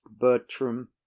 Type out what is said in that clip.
bertram